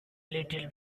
little